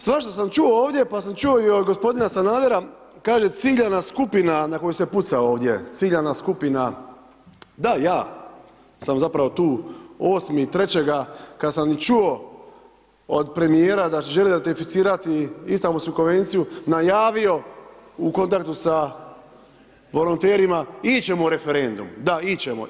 Svašta sam čuo ovdje, pa sam čuo i od gospodina Sanadera, kaže ciljana skupina na koju se puca ovdje, ciljana skupina, da ja sam zapravo tu 8.3. kada sam čuo od premjera da želi ratificirati Istanbulsku konvenciju, najavio u kontaktu sa volonterima ići ćemo u referendum, da ići ćemo.